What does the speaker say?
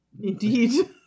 Indeed